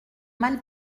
mal